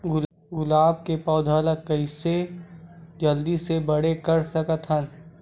गुलाब के पौधा ल कइसे जल्दी से बड़े कर सकथन?